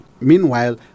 Meanwhile